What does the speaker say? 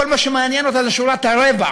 כל מה שמעניין אותה זה שורת הרווח,